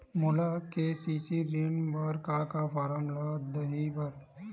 मोला के.सी.सी ऋण बर का का फारम दही बर?